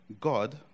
God